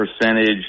percentage